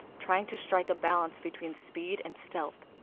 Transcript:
trying to strike a balance between speed and stealth.